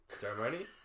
ceremony